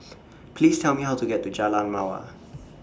Please Tell Me How to get to Jalan Mawar